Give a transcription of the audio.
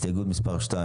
הצבעה ההסתייגות לא אושרה.